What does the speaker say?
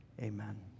Amen